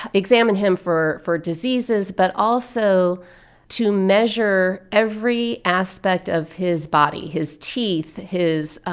examine him for for diseases, but also to measure every aspect of his body his teeth, his